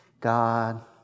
God